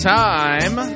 time